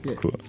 cool